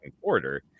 quarter